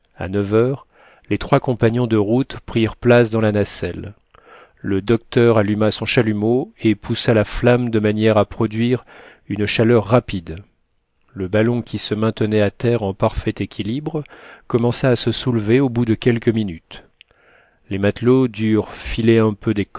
a neuf heures les trois compagnons de route prirent place dans la nacelle le docteur alluma son chalumeau et poussa la flamme de manière à produire une chaleur rapide le ballon qui se maintenait à terre en parfait équilibre commença à se soulever au bout de quelques minutes les matelots durent filer un peu